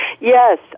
Yes